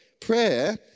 Prayer